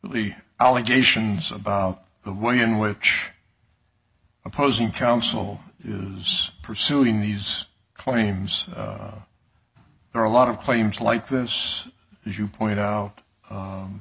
the allegations about the way in which opposing counsel is pursuing these claims there are a lot of claims like this as you point out